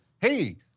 Hey